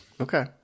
okay